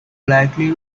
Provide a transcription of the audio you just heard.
likely